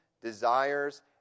desires